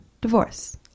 Divorce